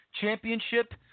Championship